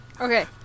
Okay